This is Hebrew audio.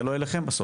זה לא אליכם בסוף,